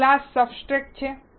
આ glass substrate છે